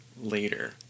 later